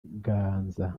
ganza